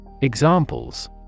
Examples